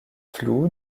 floue